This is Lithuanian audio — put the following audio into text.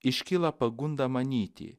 iškyla pagunda manyti